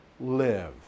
live